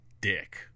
dick